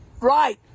right